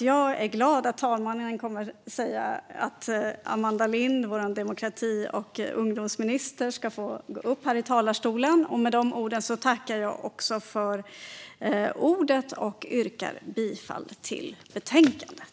Jag tackar för ordet och yrkar bifall till utskottets förslag i betänkandet.